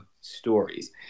stories